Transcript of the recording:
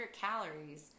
calories